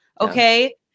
okay